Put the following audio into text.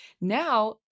now